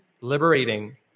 liberating